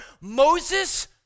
Moses